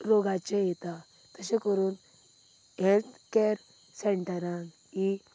रोगाचे येतात तशें करून हेल्थ कॅर सेंटरांत ही